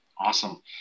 Awesome